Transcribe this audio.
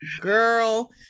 girl-